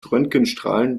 röntgenstrahlen